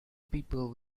people